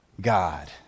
God